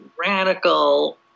radical